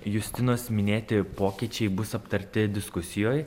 justinos minėti pokyčiai bus aptarti diskusijoj